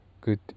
good